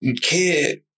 kid